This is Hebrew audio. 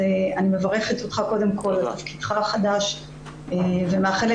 אני מברכת אותך על תפקידך החדש ומאחלת